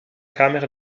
camera